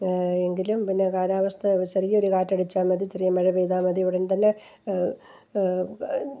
എങ്കിലും പിന്നെ കാലാവസ്ഥ ഒരു ചെറിയൊരു കാറ്റടിച്ചാൽ മതി ചെറിയ മഴ പെയ്താൽ മതി ഉടൻ തന്നെ